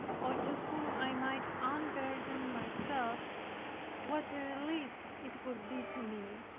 or to whom i might unburden myself what a relief it would be to me!